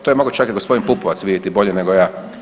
To je mogao čak i gospodin Pupovac vidjeti bolje nego ja.